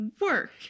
work